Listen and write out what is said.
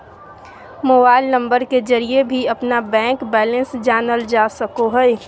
mobile number के जरिए भी अपना बैंक बैलेंस जानल जा सको हइ